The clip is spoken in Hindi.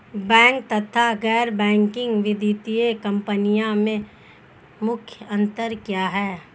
बैंक तथा गैर बैंकिंग वित्तीय कंपनियों में मुख्य अंतर क्या है?